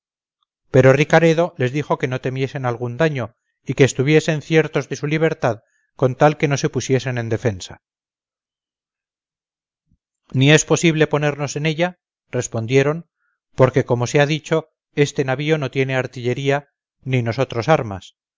pero ricaredo les dijo que no temiesen algún daño y que estuviesen ciertos de su libertad con tal que no se pusiesen en defensa ni es posible ponernos en ella respondieron porque como se ha dicho este navío no tiene artillería ni nosotros armas